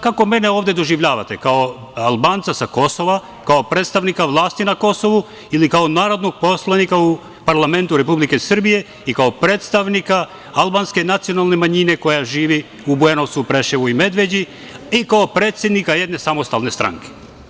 Kako mene ovde doživljavate - kao Albanca sa Kosova, kao predstavnika vlasti na Kosovu ili kao narodnog poslanika u parlamentu Republike Srbije i kao predstavnika albanske nacionalne manjine koja živi u Bujanovcu, Preševu i Medveđi i kao predsednika jedne samostalne stranke?